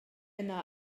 yna